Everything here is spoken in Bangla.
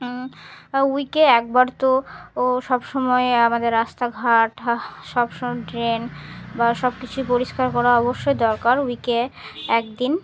উইকে একবার তো ও সব সমময় আমাদের রাস্তাঘাট সব সময় ড্রেন বা সব কিছুই পরিষ্কার করা অবশ্যই দরকার উইকে একদিন